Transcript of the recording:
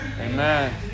Amen